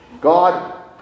God